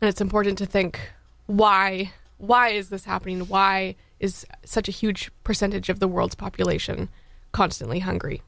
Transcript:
and it's important to think why why is this happening why is such a huge percentage of the world's population constantly hungry